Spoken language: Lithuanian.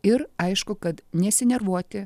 ir aišku kad nesinervuoti